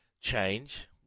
change